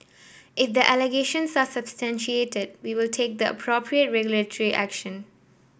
if the allegations are substantiated we will take the appropriate regulatory action